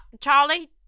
Charlie